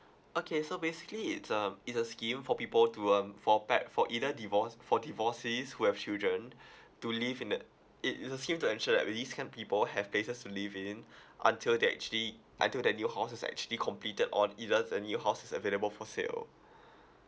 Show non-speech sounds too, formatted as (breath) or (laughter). okay so basically it's um it's a scheme for people to um for par~ for either divorced for divorcees who have children (breath) to live in a it it's a scheme to ensure that these kind of people have places to live in (breath) until their actually until their new house is actually completed on either the new house is available for sale (breath)